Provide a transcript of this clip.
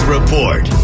Report